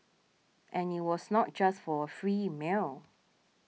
and it was not just for a free meal